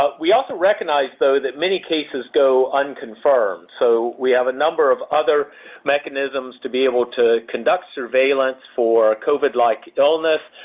ah we also recognize, though, that many cases go unconfirmed. so, we have a number of other mechanisms to be able to conduct surveillance for covid-like illness,